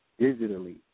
digitally